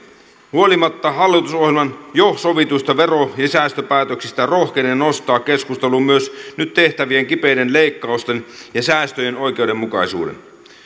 huolimatta hallitusohjelman jo sovituista vero ja ja säästöpäätöksistä rohkenen nostaa keskusteluun myös nyt tehtävien kipeiden leikkausten ja säästöjen oikeudenmukaisuuden